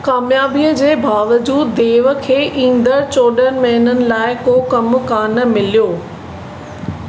कामयाबी जे बावजूदु देव खे ईंदड़ चोड॒हंनि महिननि लाइ को कमु कान मिलियो